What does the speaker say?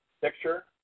picture